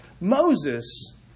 Moses